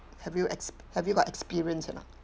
have you ex~ have you got experience or not